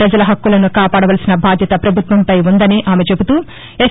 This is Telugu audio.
ప్రజల హక్కులను కాపాడవలసిన బాధ్యత ప్రభుత్వంపై ఉందని ఆమె చెబుతూ ఎస్